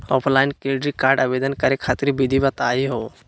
Offline credit card आवेदन करे खातिर विधि बताही हो?